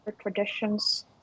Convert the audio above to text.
traditions